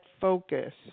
focus